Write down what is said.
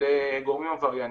לגורמים עברייניים.